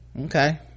Okay